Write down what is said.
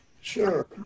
Sure